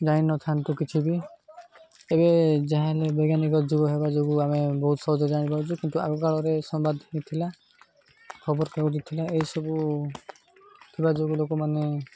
ଜାଣିିନଥାନ୍ତୁ କିଛି ବି ଏବେ ଯାହା ହେଲେ ବୈଜ୍ଞାନିକ ଯୁଗ ହେବା ଯୋଗୁଁ ଆମେ ବହୁତ ସହଜରେ ଜାଣିପାରୁଛୁ କିନ୍ତୁ ଆଗକାଳରେ ସମ୍ବାଦ ଥିଲା ଖବରକାଗଜ ଥିଲା ଏସବୁ ଥିବା ଯୋଗୁଁ ଲୋକମାନେ